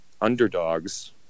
underdogs